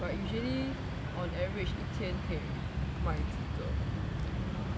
but usually on average 一天可以卖几个